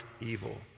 evil